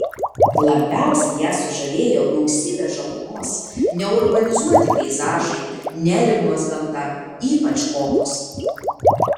labiausiai ją sužavėjo gausybė žalumos neurbanizuoti peizažai neringos gamta ypač kopos